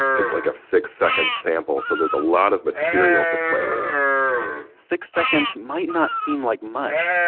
it's like a six second sample, so there's a lot of material to play with six seconds might not seem like much,